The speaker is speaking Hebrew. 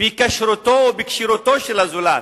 בכשרותו ובכשירותו של הזולת.